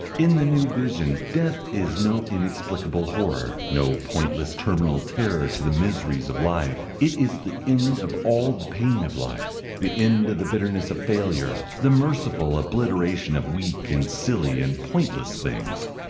in the new vision death is no inexplicable horror, no pointless terminal terror to the miseries of life, it is the end of all the pain of life, the end of the bitterness of failure, the merciful obliteration of weak and silly and pointless things.